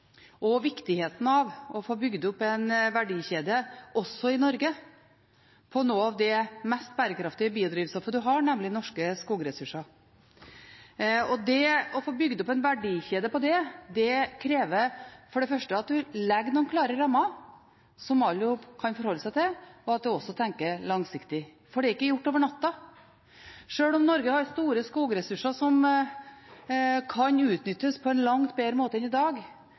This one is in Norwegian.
og viktigheten av å få bygd opp en verdikjede også i Norge på noe av det mest bærekraftige biodrivstoffet man har, nemlig norske skogressurser. Det å få bygd opp en verdikjede på det krever for det første at man legger noen klare rammer som alle kan forholde seg til, og at man tenker langsiktig. For dette er ikke gjort over natten. Sjøl om Norge har store skogressurser som kan utnyttes på en langt bedre måte enn i dag